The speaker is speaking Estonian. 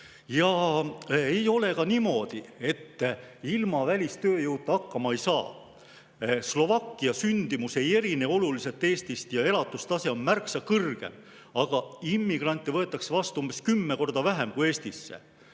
Ei ole niimoodi, et ilma välistööjõuta hakkama ei saa. Slovakkia sündimus ei erine oluliselt Eestist ja elatustase on seal märksa kõrgem, aga immigrante võetakse vastu umbes kümme korda vähem kui Eestisse.